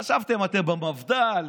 חשבתם שאתם במפד"ל,